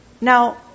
Now